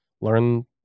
learn